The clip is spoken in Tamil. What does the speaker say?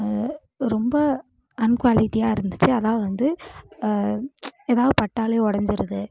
ரொம்ப அன்குவாலிட்டியா இருந்துச்சு அதாவது வந்து எதாவது பட்டாலே உடஞ்சிருது